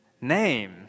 Name